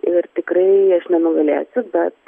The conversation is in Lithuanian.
ir tikrai aš nenugalėsiu bet